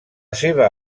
seva